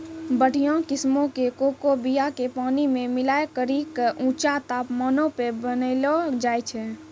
बढ़िया किस्मो के कोको बीया के पानी मे मिलाय करि के ऊंचा तापमानो पे बनैलो जाय छै